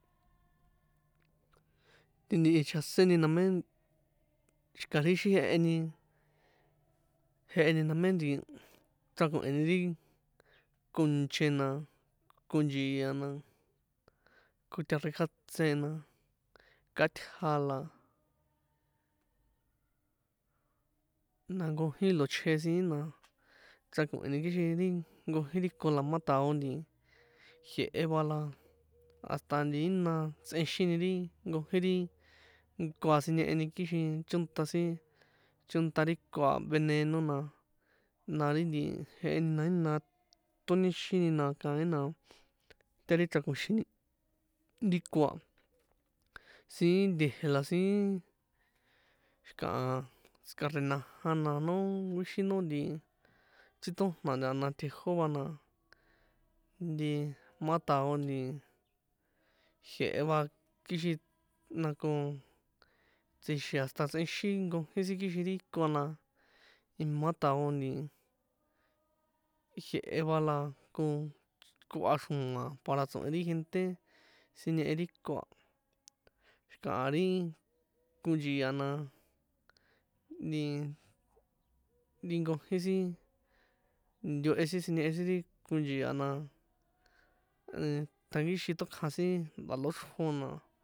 Ti ntihi chjasen ni na me xi̱ka ri ixi jeheni, jeheni name nti chrako̱heni ri konche na, konchia na, kotarꞌin kjátse na, katja la, na nkojín lo̱chje siín na, chrako̱heni kixin ri nkojín ri ko la má tao nti jie̱he va, la hasta nti jína tsꞌenxini ri nkojín ri iko a siñeheni, kixin chonta sin chonta ri ko a veneno na, na ri nti jeheni na jína toniexini na kaín na tiari chrako̱xini ri ko a. Siín nte̱je̱ la siín xi̱kaha tsi̱kare najan na noo nkuixin no nti chritojna, ntana tjejó va na nti ma tao nti jie̱he va, kixin nako tsi̱xi̱ hasta tsꞌexin nkojín sin kixin ri ko a na imá tao nti jie̱he va, la ko koha xro̱a̱ para tso̱hen ri gente siñehe ri ko a xi̱kaha ri konchi̱a na, nti ri nkojín sin ntuehe sin siniehe sin ri konchi̱a na, tjankixin tokjan sin nda̱loxrjo na.